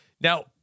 Now